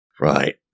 Right